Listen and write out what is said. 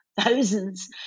thousands